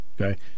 Okay